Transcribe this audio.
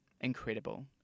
incredible